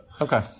Okay